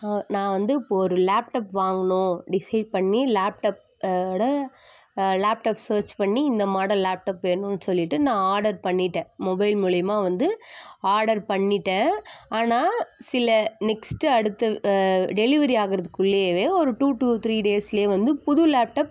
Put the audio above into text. நான் வந்து இப்போ ஒரு லேப்டப் வாங்கணும் டிசைட் பண்ணி லேப்டப் ஓட லேப்டப் சர்ச் பண்ணி இந்த மாடல் லேப்டப் வேணும்னு சொல்லிட்டு நான் ஆடர் பண்ணிட்டேன் மொபைல் மூலயமா வந்து ஆடர் பண்ணிட்டேன் ஆனால் சில நெக்ஸ்ட்டு அடுத்து டெலிவரி ஆகிறதுக்குள்ளயவே ஒரு டூ டு த்ரீ டேஸ்ல வந்து புது லேப்டப்